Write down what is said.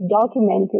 documented